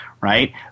right